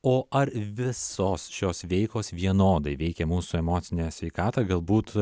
o ar visos šios veiklos vienodai veikia mūsų emocinę sveikatą galbūt